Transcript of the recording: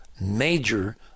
major